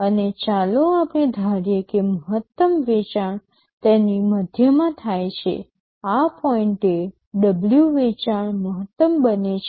અને ચાલો આપણે ધારીએ કે મહત્તમ વેચાણ તેની મધ્યમાં થાય છે આ પોઈન્ટએ W વેચાણ મહત્તમ બને છે